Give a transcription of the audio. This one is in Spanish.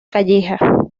calleja